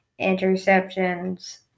interceptions